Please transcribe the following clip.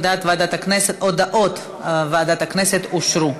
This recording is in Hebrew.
הודעות ועדת הכנסת אושרו.